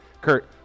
Kurt